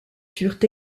furent